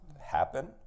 happen